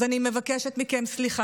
אז אני מבקשת מכם סליחה,